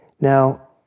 Now